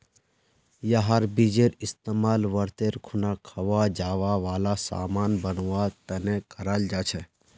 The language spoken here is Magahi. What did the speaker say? यहार बीजेर इस्तेमाल व्रतेर खुना खवा जावा वाला सामान बनवा तने कराल जा छे